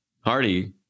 Hardy